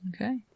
Okay